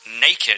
naked